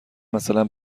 مثلا